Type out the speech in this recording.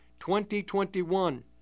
2021